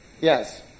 yes